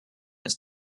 ist